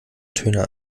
töne